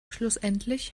schlussendlich